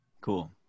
Cool